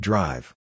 Drive